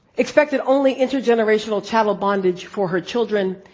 expect that only intergenerational chattel bondage for her children,